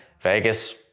Vegas